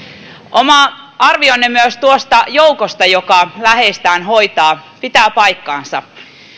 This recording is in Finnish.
oma arvionne myös tuosta joukosta joka läheistään hoitaa pitää paikkansa